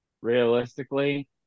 Realistically